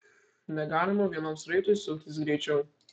negalima vienam sraigtui suktis greičiau